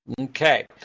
okay